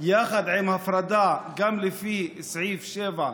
שגם לי יש תחושה לא כל כך נעימה אחרי הסערה שהייתה אתמול בכנסת.